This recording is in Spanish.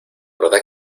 verdad